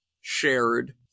shared